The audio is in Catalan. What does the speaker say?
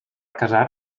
casar